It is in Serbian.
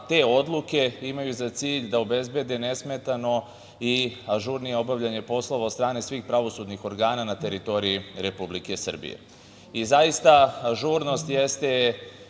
te odluke imaju za cilj da obezbede nesmetano i ažurnije obavljanje poslova od strane svih pravosudnih organa na teritoriji Republike Srbije. Zaista, ažurnost jeste